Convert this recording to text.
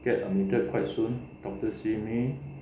get admitted quite soon doctor see me